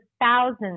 thousands